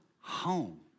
home